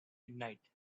midnight